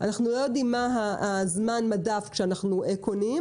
מודלים מסויימים,